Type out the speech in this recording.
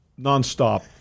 nonstop